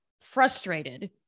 frustrated